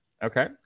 Okay